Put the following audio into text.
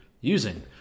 using